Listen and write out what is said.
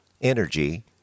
energy